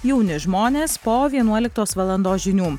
jauni žmonės po vienuoliktos valandos žinių